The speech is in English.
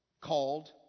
called